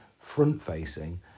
front-facing